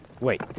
Wait